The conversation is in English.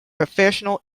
professional